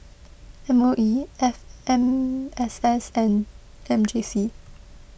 M O E F M S S and M J C